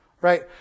right